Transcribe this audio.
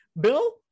bill